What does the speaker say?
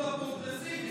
הטרלול הפרוגרסיבי.